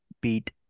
beat